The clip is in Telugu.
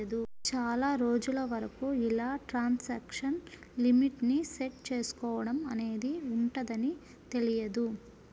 చాలా రోజుల వరకు ఇలా ట్రాన్సాక్షన్ లిమిట్ ని సెట్ చేసుకోడం అనేది ఉంటదని తెలియదు